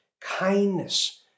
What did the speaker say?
kindness